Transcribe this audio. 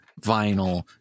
vinyl